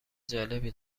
جالبی